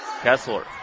Kessler